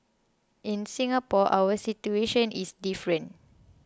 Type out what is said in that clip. in Singapore our situation is different